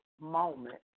moment